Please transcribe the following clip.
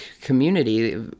community